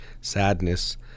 sadness